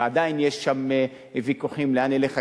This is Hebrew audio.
ועדיין יש שם ויכוחים לאן ילך הכסף,